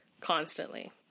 constantly